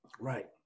right